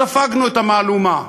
ספגנו את המהלומה,